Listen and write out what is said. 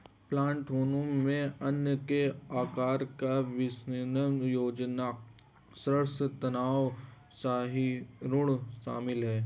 plant hormone में अंग के आकार का विनियमन रोगज़नक़ रक्षा तनाव सहिष्णुता शामिल है